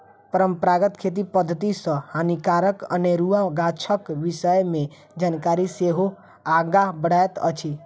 परंपरागत खेती पद्धति सॅ हानिकारक अनेरुआ गाछक विषय मे जानकारी सेहो आगाँ बढ़ैत अछि